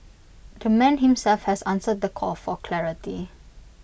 the man himself has answered the call for clarity